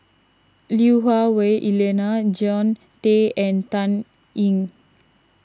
Lui Hah Wah Elena Jean Tay and Dan Ying